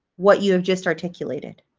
what you have just articulated